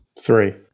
Three